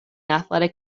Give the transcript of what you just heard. athletic